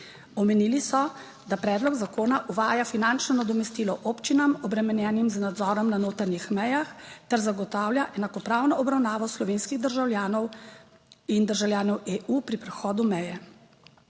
Omenili so, da predlog zakona uvaja finančno nadomestilo občinam, obremenjenim z nadzorom na notranjih mejah, ter zagotavlja enakopravno obravnavo slovenskih državljanov in državljanov EU pri prehodu meje.